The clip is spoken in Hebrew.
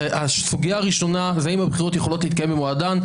הסוגיה הראשונה זה האם הבחירות יכולות להתקיים במועדן,